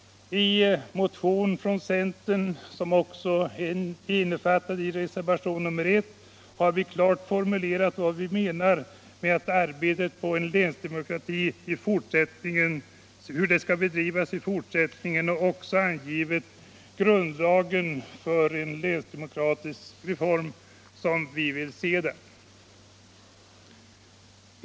I en motion från centern, som är också är innefattad i reservationen 1, har vi klart formulerat hur vi menar att arbetet på en länsdemokrati i fortsättningen måste bedrivas och även angivit grunddragen i en länsdemokratisk reform sådan vi vill se den.